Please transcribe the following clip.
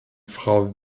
frau